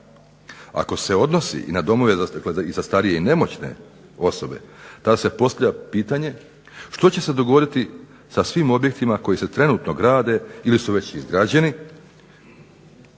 Ako se odnosi i na domove za starije i za nemoćne osobe, tada se postavlja pitanje što će se dogoditi sa svim objektima koji se trenutno grade ili su već izgrađeni,